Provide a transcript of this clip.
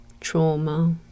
trauma